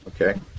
Okay